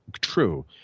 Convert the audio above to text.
True